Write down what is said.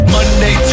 Monday